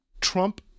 Trump